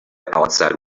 outside